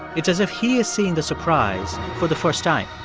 it's as if he is seeing the surprise for the first time.